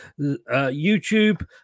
YouTube